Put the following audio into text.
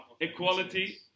Equality